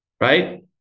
right